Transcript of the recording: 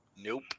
Nope